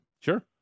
Sure